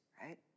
right